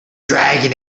dragon